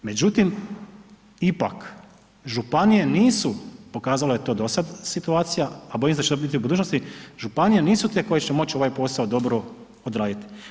Međutim, ipak županije nisu, pokazala je to dosad situacija, a bojim se da će to biti i u budućnosti, županije nisu te koje će moći ovaj posao dobro odraditi.